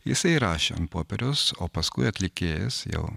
jisai rašė ant popieriaus o paskui atlikėjas jau